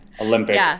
Olympic